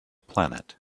planet